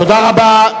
תודה רבה.